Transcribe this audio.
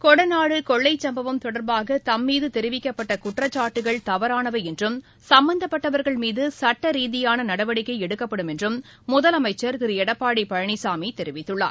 கொடநாடு கொள்ளை சம்பவம் தொடர்பாக தம்மீது தெரிவிக்கப்பட்ட குற்றச்சாட்டுக்கள் தவறானவை என்றும் சும்பந்தப்பட்டவா்கள் மீது சுட்ட ரீதியான நடவடிக்கை எடுக்கப்படும் என்றும் முதலமைச்சா் திரு எடப்பாடி பழனிசாமி தெரிவித்துள்ளார்